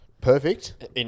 Perfect